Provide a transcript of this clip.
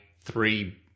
three